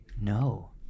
No